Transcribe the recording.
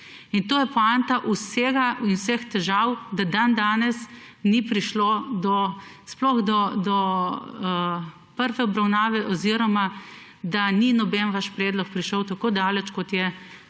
In to je poanta vsega in vseh težav, da dandanes ni prišlo sploh do prve obravnave oziroma da ni noben vaš predlog prišel tako daleč, kot je